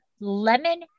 lemon